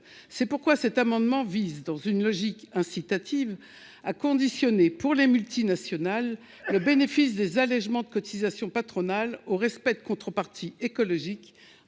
c'est pourquoi cet amendement vise, dans une logique incitative à conditionner pour les multinationales, le bénéfice des allégements de cotisations patronales au respect de contreparties écologique